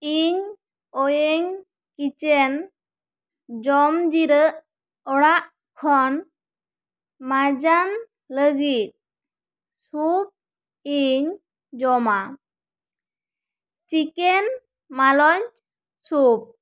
ᱤᱧ ᱚᱭᱮᱝ ᱠᱤᱪᱮᱱ ᱡᱚᱢ ᱡᱤᱨᱟᱹᱜ ᱚᱲᱟᱜ ᱠᱷᱚᱱ ᱢᱟᱡᱟᱱ ᱞᱟᱹᱜᱤᱫ ᱥᱩᱯ ᱤᱧ ᱡᱚᱢᱟ ᱪᱤᱠᱮᱱ ᱢᱟᱞᱚᱧᱪ ᱥᱩᱯ